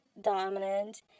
dominant